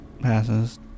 passes